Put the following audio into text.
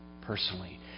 personally